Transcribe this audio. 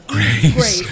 Grace